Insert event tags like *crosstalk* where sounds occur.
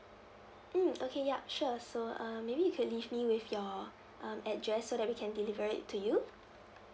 mm *noise* okay ya sure so uh maybe you could leave me with your um address so that we can deliver it to you